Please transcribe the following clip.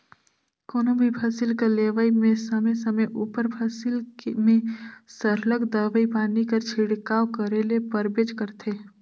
कोनो भी फसिल कर लेवई में समे समे उपर फसिल में सरलग दवई पानी कर छिड़काव करे ले परबेच करथे